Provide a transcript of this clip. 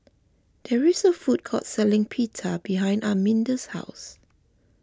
there is a food court selling Pita behind Arminda's house